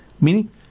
meaning